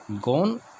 gone